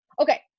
Okay